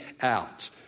out